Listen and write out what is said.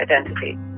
identity